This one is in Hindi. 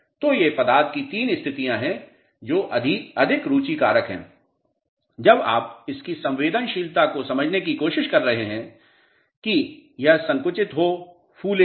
तो ये पदार्थ की तीन स्थितियाँ हैं जो अधिक रुचि कारक हैं जब आप इसकी संवेदनशीलता को समझने की कोशिश कर रहे हैं कि यह संकुचित हो फूले न